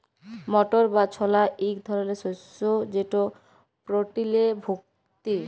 মটর বা ছলা ইক ধরলের শস্য যেট প্রটিলে ভত্তি